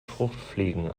fruchtfliegen